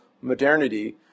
modernity